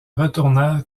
retournèrent